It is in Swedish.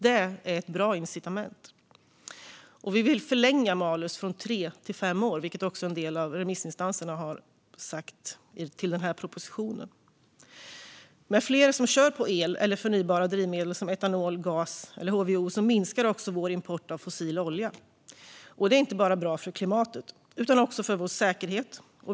Det är ett bra incitament. Vi vill förlänga malus från tre till fem år, vilket också en del av remissinstanserna har pekat på. Med fler som kör på el eller förnybara drivmedel som etanol, gas eller HVO minskar också vår import av fossil olja. Det är inte bara bra för klimatet utan också för vår säkerhet.